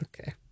Okay